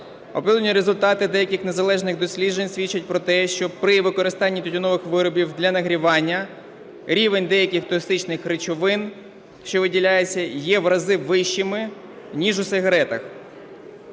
Оприлюднені результати деяких незалежних досліджень свідчать про те, що при використанні тютюнових виробів для нагрівання рівень деяких токсичних речовин, що виділяються є в рази вищими, ніж у сигаретах.